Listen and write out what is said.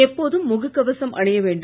எப்போதும் முகக் கவசம் அணிய வேண்டும்